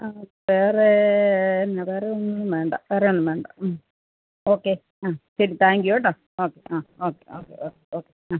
ആ വേറേ എന്നാ വേറെ ഒന്നും വേണ്ട വേറെ ഒന്നും വേണ്ട ഓക്കെ ആ ശരി താങ്ക് യൂ കേട്ടോ ഓക്കെ ആ ഓക്കെ ഓക്കെ ഓക്കെ ഓക്കെ ആ